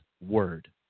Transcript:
word